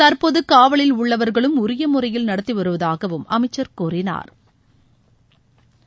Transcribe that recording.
தற்போது காவலில் உள்ளவா்களும் உரிய முறையில் நடத்திவருவதாக அமைச்சா் கூறினாா்